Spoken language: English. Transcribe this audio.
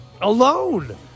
alone